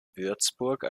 würzburg